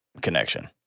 connection